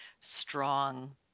strong